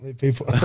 People